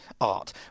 art